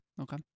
Okay